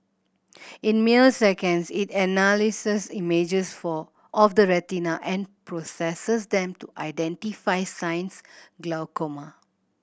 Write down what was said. in mere seconds it analyses images for of the retina and processes them to identify signs glaucoma